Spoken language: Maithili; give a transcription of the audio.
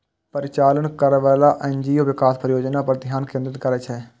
परिचालन करैबला एन.जी.ओ विकास परियोजना पर ध्यान केंद्रित करै छै